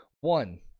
One